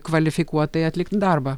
kvalifikuotai atlikt darbą